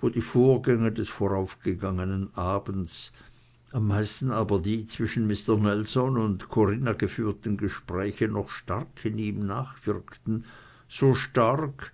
wo die vorgänge des voraufgegangenen abends am meisten aber die zwischen mister nelson und corinna geführten gespräche noch stark in ihm nachwirkten so stark